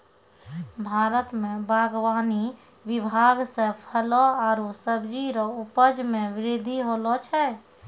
भारत मे बागवानी विभाग से फलो आरु सब्जी रो उपज मे बृद्धि होलो छै